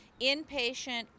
inpatient